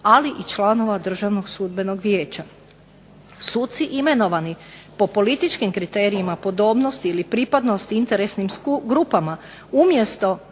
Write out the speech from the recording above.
ali i članova Državnog sudbenog vijeća. Suci imenovani po političkim kriterijima podobnosti ili pripadnosti interesnim grupama umjesto